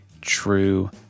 true